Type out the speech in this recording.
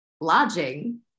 lodging